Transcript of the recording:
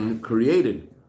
created